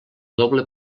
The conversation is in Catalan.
doble